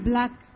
Black